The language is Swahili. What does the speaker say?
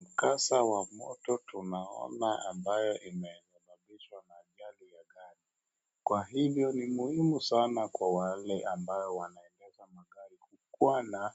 Mkasa wa moto tunaona ambao umesababishwa na gari ya mbali. Kwa hivyo ni muhimu sana kwa wale ambao wanaendesha magari kuwa na